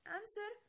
Answer